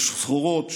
של סחורות,